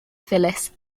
phyllis